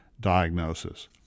diagnosis